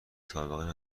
سابقه